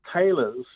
Taylors